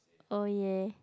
oh yeah